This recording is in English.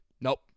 Nope